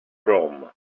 from